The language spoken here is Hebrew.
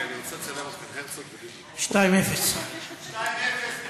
2:0. 2:0 זה